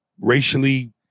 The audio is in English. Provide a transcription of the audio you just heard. racially